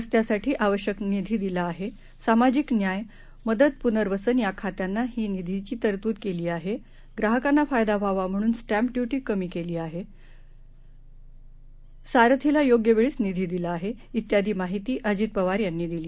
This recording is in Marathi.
रस्त्यांसाठी आवश्यक निधी दिला आहे सामाजिक न्याय मदत प्नर्वसन या खात्यांना ही निधीची तरतूद केली आहे ग्राहकांना फायदा व्हावा म्हणून स्टॅम्प इयुटी कमी केली आहे सारथीला योग्य वेळीच निधी दिला आहे इत्यादी माहिती अजित पवार यांनी दिली